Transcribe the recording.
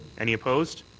any opposed?